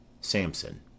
Samson